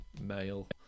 male